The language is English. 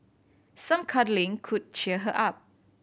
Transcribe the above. some cuddling could cheer her up